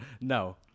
no